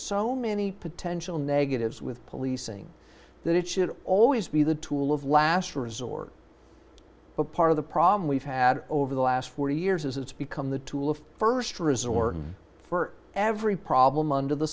so many potential negatives with policing that it should always be the tool of last resort but part of the problem we've had b over the last forty years is it's become the tool of st resort for every problem under the